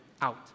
out